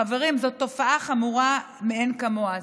חברים, זו תופעה חמורה מאין כמוה.